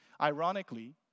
ironically